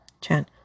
Chan